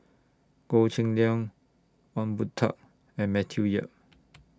Goh Cheng Liang Ong Boon Tat and Matthew Yap